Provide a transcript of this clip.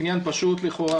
עניין פשוט לכאורה.